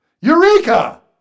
Eureka